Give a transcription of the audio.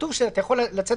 שינויים